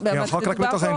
החוק ריק מתוכן.